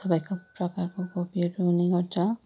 सबै प्रकारको कोपीहरू हुने गर्छ